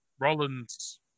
Rollins